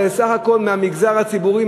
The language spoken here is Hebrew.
אבל זה סך הכול מהמגזר הציבורי,